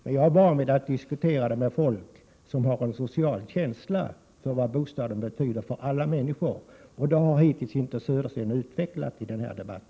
Men jag är van vid att diskutera den med folk som har en social känsla för vad bostaden betyder för alla människor. Den känslan har Bo Södersten hittills inte utvecklat i den här debatten.